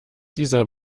dieser